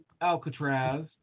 Alcatraz